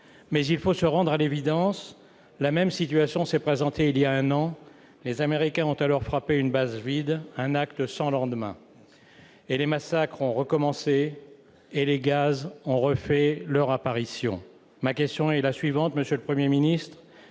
Mais il faut se rendre à l'évidence : la même situation s'est présentée il y a un an. Les Américains ont alors frappé une base vide, un acte sans lendemain. Et les massacres ont recommencé ; et les gaz ont refait leur apparition. Ma question est la suivante, monsieur le Premier ministre